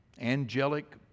angelic